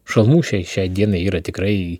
šalmų šiai šiai dienai yra tikrai